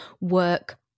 work